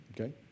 Okay